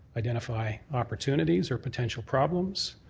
identify opportunities or potential problems,